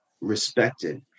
respected